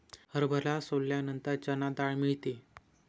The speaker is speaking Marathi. हरभरा सोलल्यानंतर चणा डाळ मिळते